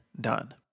done